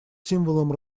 символом